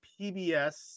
PBS